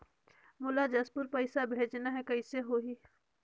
मोला जशपुर पइसा भेजना हैं, कइसे होही?